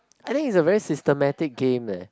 I think is a very systematic game leh